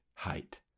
height